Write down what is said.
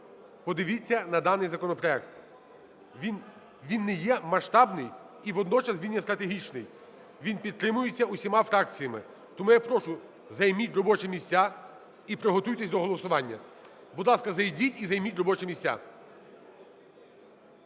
подивіться на даний законопроект, він не є масштабний і водночас він є стратегічний. Він підтримується всіма фракціями. Тому я прошу, займіть робочі місця і приготуйтесь до голосування. Будь ласка, зайдіть і займіть робочі місця.